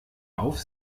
auf